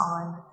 on